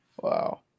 Wow